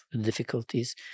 difficulties